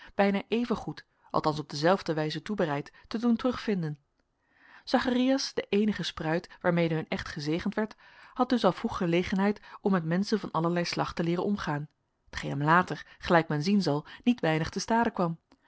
bijna evengoed althans op dezelfde wijze toebereid te doen terugvinden zacharias de eenige spruit waarmede hun echt gezegend werd had dus al vroeg gelegenheid om met menschen van allerlei slag te leeren omgaan t geen hem later gelijk men zien zal niet weinig te stade kwam